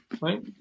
right